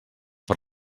per